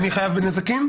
אני חייב בנזיקין?